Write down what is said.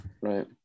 right